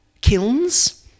kilns